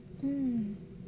mm